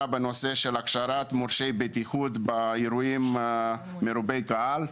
בנושא הכשרת מורשי בטיחות באירועים מרובי קהל.